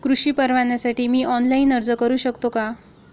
कृषी परवान्यासाठी मी ऑनलाइन अर्ज करू शकतो का?